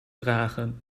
dragen